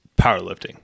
powerlifting